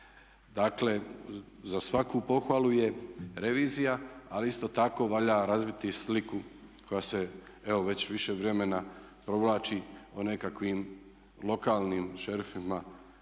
Dakle za svaku pohvalu je revizija ali isto tako valjda razviti i sliku koja se evo već više vremena provlači o nekakvim lokalnim šerifima